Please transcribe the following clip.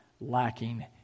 lacking